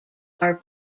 are